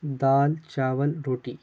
دال چاول روٹی